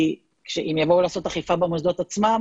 כי אם יבואו לעשות אכיפה במוסדות עצמם